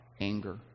anger